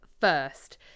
first